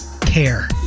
care